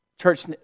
church